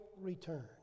return